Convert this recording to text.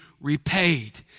repaid